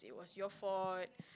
your fault